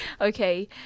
Okay